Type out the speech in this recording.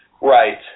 Right